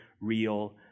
real